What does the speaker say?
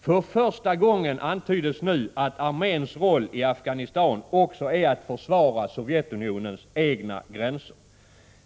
För första gången antyds nu att arméns roll i Afghanistan också är att försvara Sovjetunionens egna gränser.